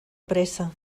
pressa